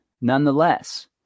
Nonetheless